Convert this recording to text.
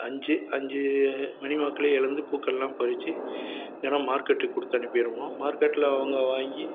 அஞ்சு அஞ்சு மணி வாக்கில் எழுந்து பூக்கள்லாம் பறித்து தினம் மார்க்கெட்டுக்கு கொடுத்து அனுப்பிடுவோம் மார்க்கெட்டில் அவங்க வாங்கி